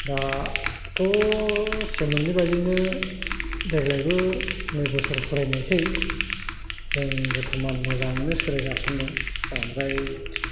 दाथ' सेमोननि बायदिनो देग्लायबो नै बोसोर फुरायनोसै जों बरथमान मोजाङैनो सोलिगासिनो दं रंजायो